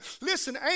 Listen